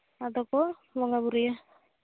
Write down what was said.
ᱟᱫᱚᱠᱚ ᱵᱚᱸᱜᱟ ᱵᱩᱨᱩᱭᱟ